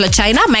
China